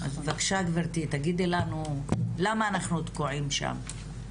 אז בבקשה תגידי לנו למה אנחנו תקועים שם?